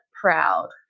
proud